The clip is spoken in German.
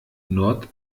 nord